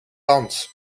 land